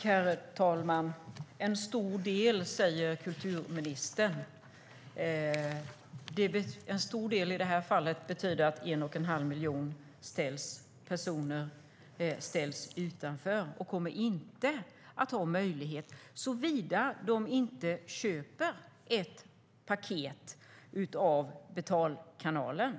Herr talman! En stor del, säger kulturministern. En stor del betyder i det här fallet att en och en halv miljon personer ställs utanför och inte kommer att ha möjlighet att se OS, såvida de inte köper ett paket av betalkanalen.